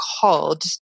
called